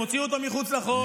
הם הוציאו אותו מחוץ לחוק,